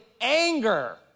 anger